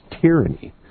tyranny